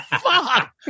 fuck